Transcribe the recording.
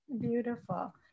Beautiful